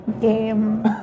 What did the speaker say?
Game